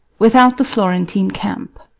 without the florentine camp